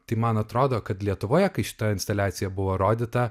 tai man atrodo kad lietuvoje kai šita instaliacija buvo rodyta